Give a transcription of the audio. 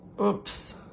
oops